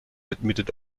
admitted